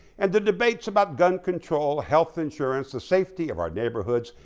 and the debates about gun control health insurance, the safety of our neighborhoods,